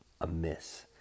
Amiss